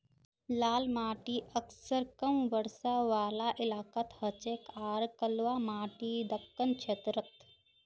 लाल माटी अक्सर कम बरसा वाला इलाकात हछेक आर कलवा माटी दक्कण क्षेत्रत